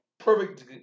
Perfect